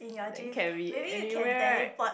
then can be anywhere right